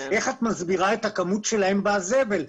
איך את מסבירה את הכמות שלהם בזבל?